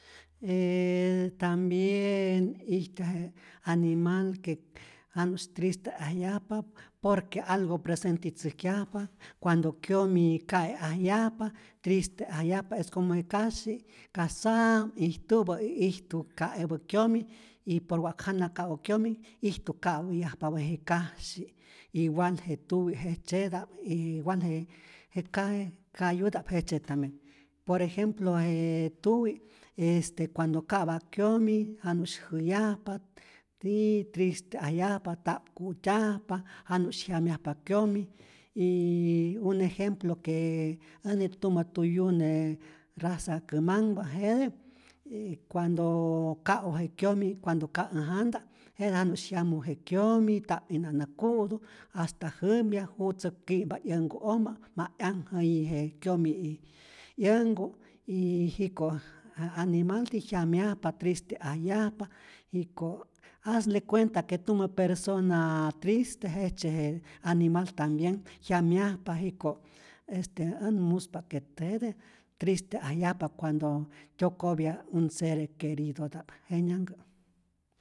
J tambien ijtyaj je animal que janu'sy triste'ajyajpa por que algo presentitzäjkyajpa, cuando kyomi ka'e'ajyajpa triste'ajyajpa y como je kasyi ka sa'm ijtupä y ijtu ka'epä kyomi y por wa'k jana ka'u kyomi ijtu ka'pä'yajpamä je kasyi, igual je tuwi' jejtzyeta'p, igual je ka kayuta'p jejtzye tambien, por ejemplo je tuwi', este cuando ka'pa kyomi janu'sy jäyajpat jii triste'ayajpa nta'p ku'tyajpa, janu'sy jyamyajpa kyomi yyy un ejemplo que ke äj nä'it tumä tuyune raza kämanhpä' jete y cuando ka'u je kyomi, cuando ka' äj janta' jete janu'sy jyamu je kyomi, ta'p'ijna nä ku'tu, hasta jäpya, jutzä ki'mpa 'yänku'ojmä ma 'yanhjäyi je kyomi'ij 'yänku, y jiko' animalti jyamyajpa triste'ajyajpa y ko as de cuenta que tumä persona triste, jejtzye je animal tambien jyamyajpa, jiko' este än muspa't que jete triste'ajyajpa cuando tyokopya un seres queridoda'p, jenyajhkä.